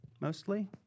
mostly